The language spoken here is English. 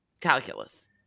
calculus